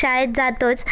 शाळेत जातोच